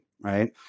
right